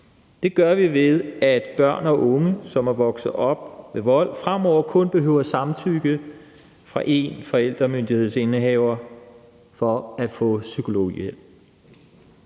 Det gør vi, ved at børn og unge, som er vokset op med vold, fremover kun behøver samtykke fra én forældremyndighedsindehaver for at få psykologhjælp.